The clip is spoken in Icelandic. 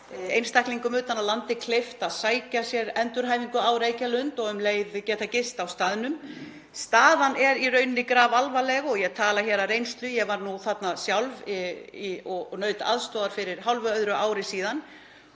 einstaklingum utan af landi kleift að sækja sér endurhæfingu á Reykjalund og um leið geta gist á staðnum. Staðan er í rauninni grafalvarleg og ég tala af reynslu. Ég var nú þarna sjálf og naut aðstoðar fyrir hálfu öðru ári síðan